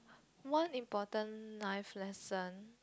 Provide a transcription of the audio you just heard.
one important life lesson